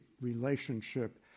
relationship